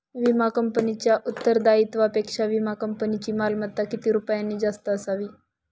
विमा कंपनीच्या उत्तरदायित्वापेक्षा विमा कंपनीची मालमत्ता किती रुपयांनी जास्त असावी?